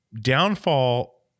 downfall